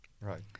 right